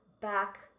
back